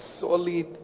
solid